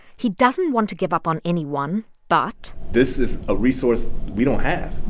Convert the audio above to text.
he doesn't want to give up on anyone, but. this is a resource we don't have.